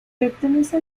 pertenece